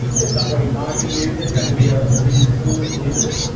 there's somebody marking you, there's going to be a winning school at the end of it,